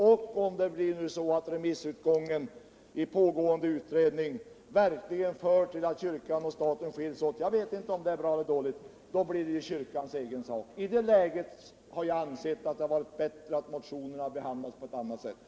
Och om den pågående remissomgången verkligen för till att kyrkan och staten skiljs åt — jag vet inte om det är bra eller dåligt — blir ju detta kyrkans egen sak. I detta läge anser jag att det hade varit bättre om motionerna behandlats på ett annat sätt.